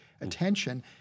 attention